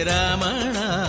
Ramana